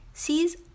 sees